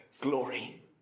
glory